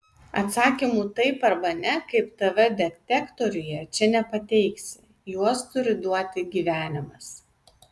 atsakymų taip arba ne kaip tv detektoriuje čia nepateiksi juos turi duoti gyvenimas